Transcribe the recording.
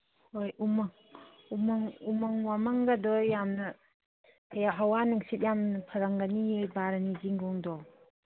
ꯍꯣꯏ ꯎꯃꯪ ꯋꯥꯃꯪꯒꯗꯣ ꯌꯥꯝꯅ ꯍꯋꯥ ꯅꯨꯡꯁꯤꯠ ꯌꯥꯝꯅ ꯐꯔꯝꯒꯅꯤꯌꯦ ꯕꯥꯔꯨꯅꯤ ꯆꯤꯡꯒꯣꯡꯗꯣ